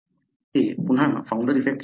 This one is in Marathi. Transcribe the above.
ते पुन्हा फाऊंडर इफेक्टचे उदाहरण आहे